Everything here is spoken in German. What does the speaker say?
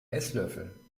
esslöffel